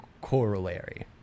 corollary